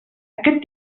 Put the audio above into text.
aquest